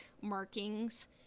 markings